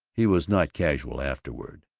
he was not casual afterward.